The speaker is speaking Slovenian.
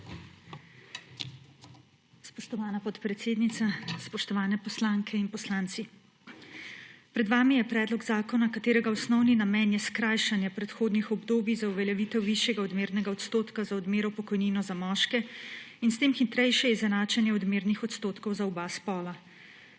Spoštovana podpredsednica, spoštovani poslanke in poslanci! Pred vami je predlog zakona, katerega osnovni namen je skrajšanje prehodnih obdobij za uveljavitev višjega odmernega odstotka za odmero pokojnine za moške in s tem hitrejše izenačenje odmernih odstotkov za oba spola.